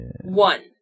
one